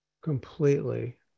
completely